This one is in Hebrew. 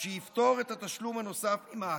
שיפטור את התשלום הנוסף ממס.